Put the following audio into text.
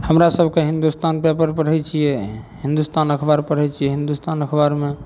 हमरासबके हिन्दुस्तान पेपर पढ़ै छियै हिन्दुस्तान अखबार पढ़ै छियै हिन्दुस्तान अखबारमे